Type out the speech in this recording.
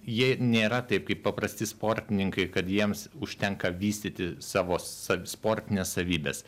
jie nėra taip kaip paprasti sportininkai kad jiems užtenka vystyti savo sa sportines savybes